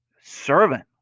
Servant